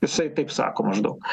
jisai taip sako maždaug